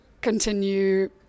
continue